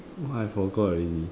what I forgot already